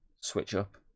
switch-up